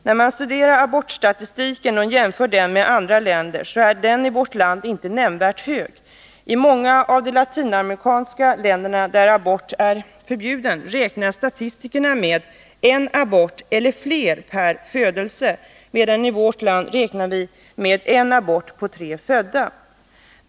När man studerar abortstatistiken och jämför den med andra länders finner man att antalet aborter i vårt land inte är nämnvärt stort. I många av de latinamerikanska länderna, där abort är förbjuden, räknar statistikerna med en abort eller fler per födelse, medan vi i vårt land räknar med en abort på tre födda.